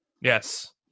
Yes